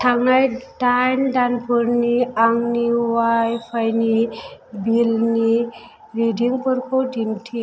थांनाय दाइन दानफोरनि आंनि अवाइफाइनि बिलनि रिदिंफोरखौ दिन्थि